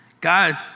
God